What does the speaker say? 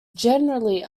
generally